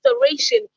restoration